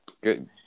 Good